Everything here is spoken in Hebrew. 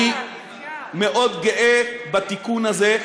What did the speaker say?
אני מאוד גאה בתיקון הזה,